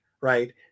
Right